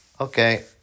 okay